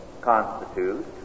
constitute